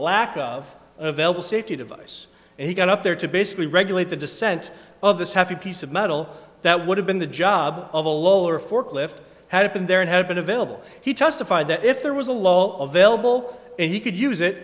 lack of available safety device he got up there to basically regulate the descent of this heavy piece of metal that would have been the job of a lower forklift had it been there and had been available he testified that if there was a lot of vailable and he could use it